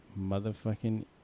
motherfucking